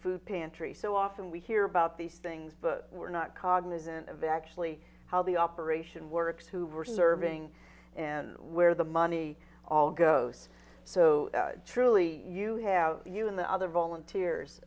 food pantry so often we hear about these things but we're not cognizant of actually how the operation works who were serving and where the money all goes so truly you have you in the other volunteers